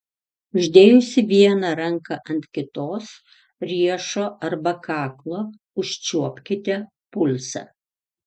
uždėjusi vieną ranką ant kitos riešo arba kaklo užčiuopkite pulsą